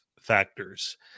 factors